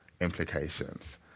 implications